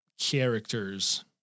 characters